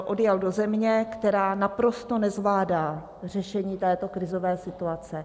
Odjel do země, která naprosto nezvládá řešení této krizové situace.